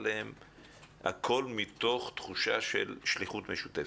הכול מתוך תחושת שליחות משותפת.